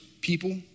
people